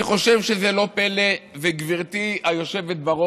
אני חושב שזה לא פלא, וגברתי היושבת-ראש,